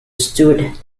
stuart